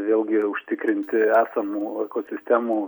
vėlgi užtikrinti esamų sistemų